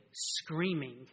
screaming